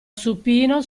supino